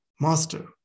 Master